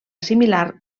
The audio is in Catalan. similar